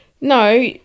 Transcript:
no